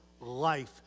life